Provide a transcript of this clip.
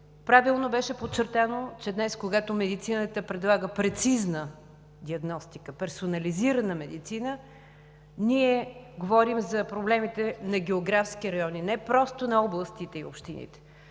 Правилно беше подчертано, че днес, когато медицината предлага прецизна диагностика, персонализирана медицина, ние говорим за проблемите на географски райони, а не просто на областите и общините.